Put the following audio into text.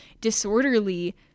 disorderly